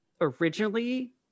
originally